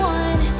one